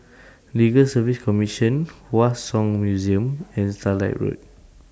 Legal Service Commission Hua Song Museum and Starlight Road